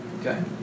okay